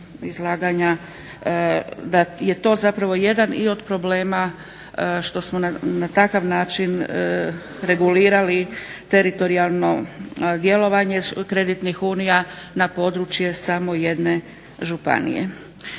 da je to zapravo jedan i od problema što smo na takav način regulirali teritorijalno djelovanje kreditnih unija na područje samo jedne županije.